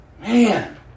man